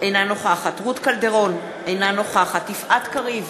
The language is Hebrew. אינה נוכחת רות קלדרון, אינה נוכחת יפעת קריב,